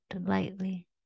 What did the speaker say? lightly